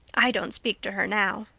i don't speak to her now.